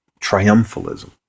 triumphalism